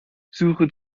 suche